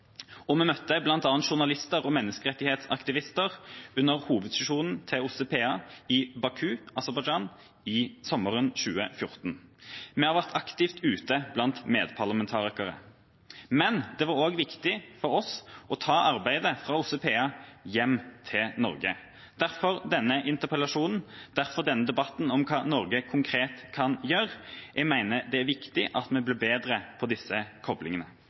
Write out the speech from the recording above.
og vi møtte bl.a. journalister og menneskerettighetsaktivister under hovedsesjonen til OSSE PA i Baku i Aserbajdsjan sommeren 2014. Vi har vært aktive ute blant medparlamentarikere, men det var også viktig for oss å ta arbeidet fra OSSE PA med hjem til Norge. Derfor denne interpellasjonen, derfor denne debatten om hva Norge konkret kan gjøre – jeg mener det er viktig at vi blir bedre på disse koblingene.